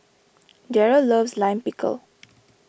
Darrel loves Lime Pickle